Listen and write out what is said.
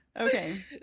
Okay